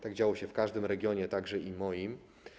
Tak działo się w każdym regionie, także w moim.